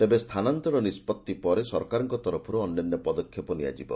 ତେବେ ସ୍ରାନାନ୍ତର ନିଷ୍ବଭି ପରେ ସରକାରଙ୍କ ତରଫରୁ ଅନ୍ୟାନ୍ୟ ପଦକ୍ଷେପ ନିଆଯିବ